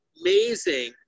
amazing